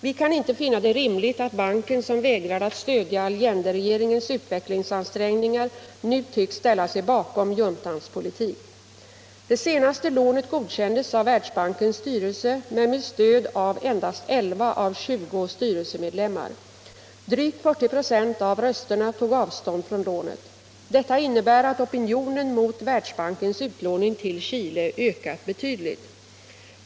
Vi kan inte finna det rimligt att banken, som vägrade att stödja Allenderegeringens utvecklingsansträngningar, nu tycks ställa sig bakom juntans politik. Det senaste lånet godkändes av Världsbankens styrelse men med stöd av endast elva av tjugo styrelsemedlemmar. Drygt 40 96 av rösterna tog avstånd från lånet. Detta innebär att opinionen mot Världsbankens utlåning till Chile ökat betydligt.